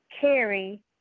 carry